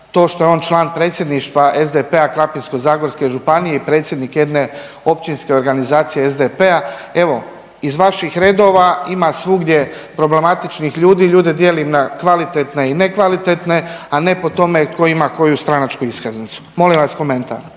to što je on član Predsjedništva SDP-a Krapinsko-zagorske županije i predsjednik jedne općinske organizacije SDP-a evo iz vaših redova ima svugdje problematičnih ljudi. Ljude dijelim na kvalitetne i nekvalitetne, a ne po tome tko ima koju stranačku iskaznicu. Molim vas komentar.